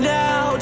now